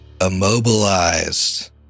immobilized